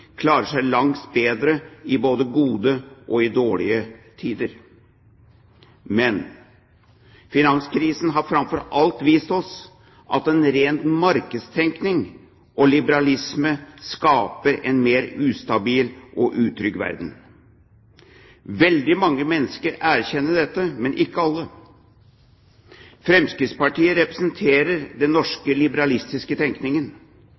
klarer seg langt bedre i både gode og dårlige tider. Men finanskrisen har framfor alt vist oss at ren markedstenkning og liberalisme skaper en mer ustabil og utrygg verden. Veldig mange mennesker erkjenner dette, men ikke alle. Fremskrittspartiet representerer den norske liberalistiske tenkningen.